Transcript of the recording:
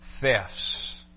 thefts